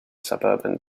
suburban